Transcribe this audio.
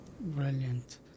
Brilliant